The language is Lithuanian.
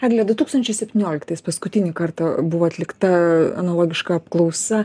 egle du tūkstančiai septynioliktais paskutinį kartą buvo atlikta analogiška apklausa